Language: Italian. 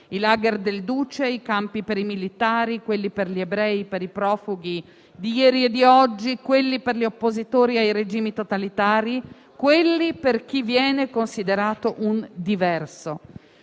i *lager* del duce, i campi per i militari, quelli per gli ebrei, per i profughi di ieri e di oggi, quelli per gli oppositori ai regimi totalitari, quelli per chi veniva considerato un diverso.